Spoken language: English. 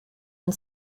and